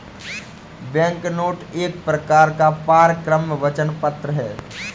banknote एक प्रकार का परक्राम्य वचन पत्र है